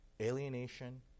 alienation